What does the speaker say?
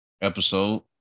episode